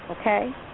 Okay